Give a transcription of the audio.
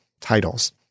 Titles